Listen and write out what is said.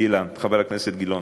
אילן, חבר הכנסת אילן גילאון,